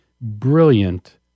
brilliant